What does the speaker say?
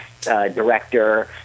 director